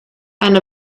and